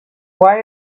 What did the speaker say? why